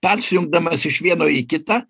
persijungdamas iš vieno į kitą